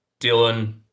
Dylan